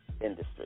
industry